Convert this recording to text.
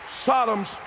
Sodom's